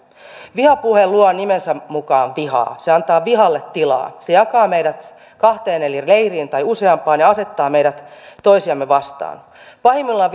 vihapuhe luo nimensä mukaan vihaa se antaa vihalle tilaa se jakaa meidät kahteen tai useampaan eri leiriin ja asettaa meidät toisiamme vastaan pahimmillaan